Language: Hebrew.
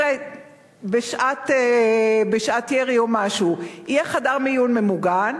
בשעת ירי או משהו יהיה חדר מיון ממוגן,